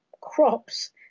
crops